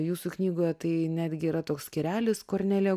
jūsų knygoje tai netgi yra toks skyrelis kornelija